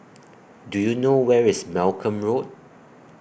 Do YOU know Where IS Malcolm Road